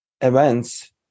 events